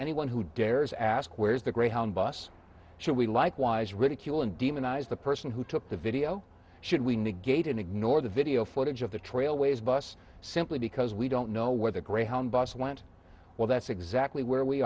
anyone who dares ask where's the greyhound bus should we likewise ridicule and demonize the person who took the video should we negate and ignore the video footage of the trailways bus simply because we don't know where the greyhound bus went well that's exactly where we